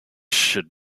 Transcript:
should